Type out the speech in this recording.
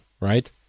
right